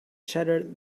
shattered